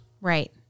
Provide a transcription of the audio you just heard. Right